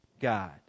God